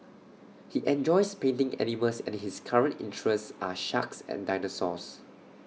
he enjoys painting animals and his current interests are sharks and dinosaurs